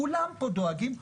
כולם פה דואגים,